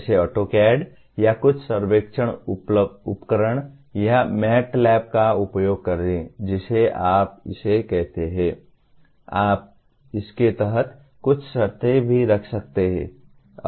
जैसे AutoCAD या कुछ सर्वेक्षण उपकरण या MATLAB का उपयोग करें जिसे आप इसे कहते हैं आप इसके तहत कुछ शर्तें भी रख सकते हैं